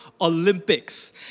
Olympics